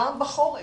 גם בתורף,